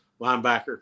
linebacker